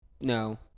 no